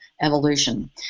evolution